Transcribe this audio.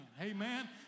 Amen